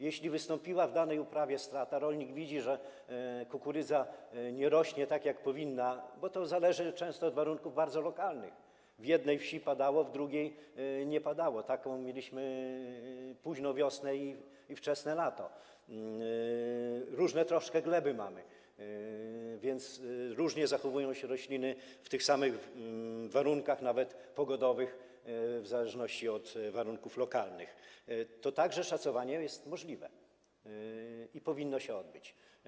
Jeśli wystąpiła w danej uprawie strata, rolnik widzi, że kukurydza nie rośnie, tak jak powinna - bo to często zależy od warunków bardzo lokalnych, w jednej wsi padało, w drugiej nie padało, taką mieliśmy późną wiosnę i wczesne lato, mamy różne gleby, więc różnie zachowują się rośliny w tych samych warunkach, nawet pogodowych, w zależności od warunków lokalnych - to szacowanie także jest możliwe i powinno się odbyć.